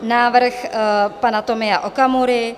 Návrh pana Tomia Okamury